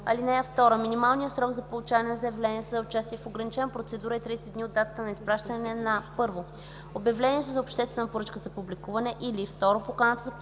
(2) Минималният срок за получаване на заявления за участие в ограничена процедура е 30 дни от датата на изпращане на: 1. обявлението за обществена поръчка за публикуване, или 2. поканата за потвърждаване